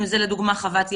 אם זה לדוגמה חוות יאיר,